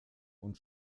und